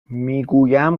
میگویم